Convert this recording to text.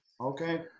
okay